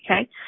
Okay